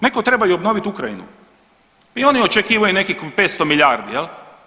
Netko treba i obnovit Ukrajinu i oni očekivaju nekih 500 milijardi jel.